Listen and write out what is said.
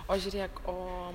o žiūrėk o